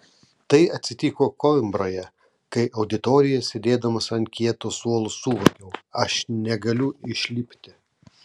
tai atsitiko koimbroje kai auditorijoje sėdėdamas ant kieto suolo suvokiau aš negaliu išlipti